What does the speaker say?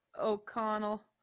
O'Connell